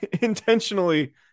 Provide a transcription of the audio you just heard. Intentionally